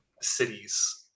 cities